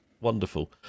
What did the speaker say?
wonderful